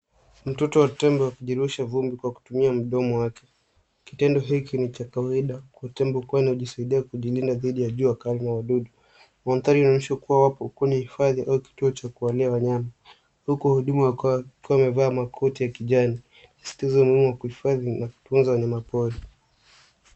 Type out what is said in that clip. Mtoto wa tembo akijirusha vumbi kwa kutumia mdomo wake. Kitendo hiki ni cha kawaida kwa kuwa tembo anajisaidia kujilinda dhidi ya jua kali na wadudu. Mandhari inaonyesha kuwa wapo kwenye hifadhi au kituo cha kuwalea wanyama huku wahudumu wakuwa- wakiwa wamevaa koti la kijani, ikisisitiza umuhimu wa kuhifadhi na kutunza wanyama pori.